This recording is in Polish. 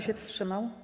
się wstrzymał?